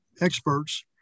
experts